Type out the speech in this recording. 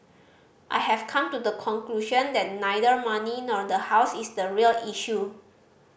I have come to the conclusion that neither money nor the house is the real issue